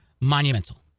monumental